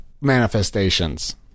manifestations